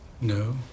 No